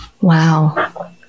Wow